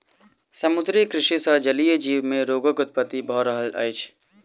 समुद्रीय कृषि सॅ जलीय जीव मे रोगक उत्पत्ति भ रहल अछि